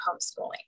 homeschooling